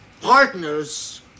partners